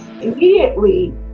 Immediately